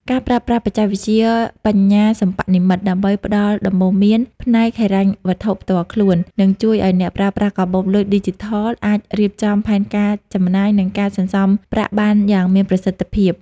ការប្រើប្រាស់បច្ចេកវិទ្យាបញ្ញាសិប្បនិម្មិតដើម្បីផ្ដល់ដំបូន្មានផ្នែកហិរញ្ញវត្ថុផ្ទាល់ខ្លួន នឹងជួយឱ្យអ្នកប្រើប្រាស់កាបូបលុយឌីជីថលអាចរៀបចំផែនការចំណាយ និងការសន្សំប្រាក់បានយ៉ាងមានប្រសិទ្ធភាព។